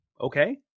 okay